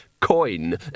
Coin